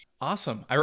Awesome